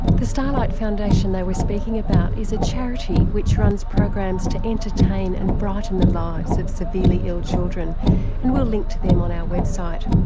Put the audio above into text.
the starlight foundation they were speaking about is a charity which runs programs to entertain and brighten and the lives of severely ill children and we'll link to them on our website.